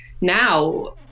now